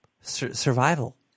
survival